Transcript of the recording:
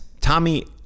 Tommy